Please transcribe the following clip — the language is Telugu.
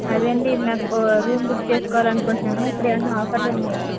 అదేండి నాకు రూమ్ బుక్ చేసుకోవాలి అనుకుంటున్నాను ఇప్పుడు ఏమన్నా ఆఫర్లు ఉన్నాయా